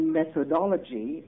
methodology